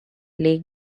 lake